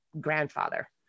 grandfather